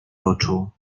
oczu